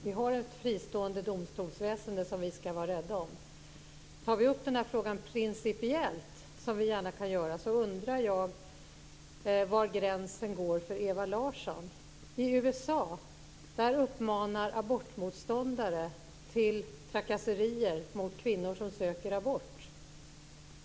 Vi har ett fristående domstolsväsende som vi ska vara rädda om. Tar vi upp den här frågan principiellt, som vi gärna kan göra, undrar jag var gränsen går för Ewa Larsson. I USA uppmanar abortmotståndare till trakasserier mot kvinnor som söker abort.